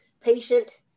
patient